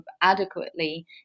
adequately